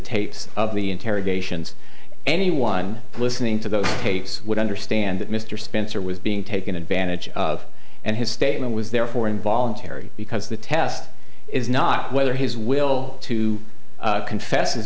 tapes of the interrogations anyone listening to those tapes would understand that mr spencer was being taken advantage of and his statement was therefore involuntary because the test is not whether his will to confess